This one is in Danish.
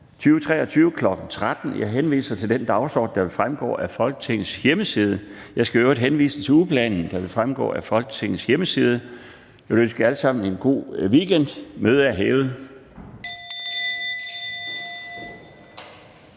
2023, kl. 13.00. Jeg henviser til den dagsorden, der vil fremgå af Folketingets hjemmeside. Jeg skal i øvrigt henvise til ugeplanen, der også vil fremgå af Folketingets hjemmeside. Jeg vil ønske jer alle sammen en god weekend. Mødet er hævet.